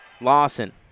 Lawson